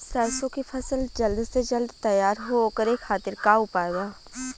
सरसो के फसल जल्द से जल्द तैयार हो ओकरे खातीर का उपाय बा?